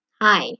Hi